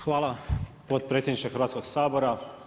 Hvala potpredsjedniče Hrvatskog sabora.